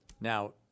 Now